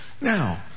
Now